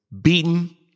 beaten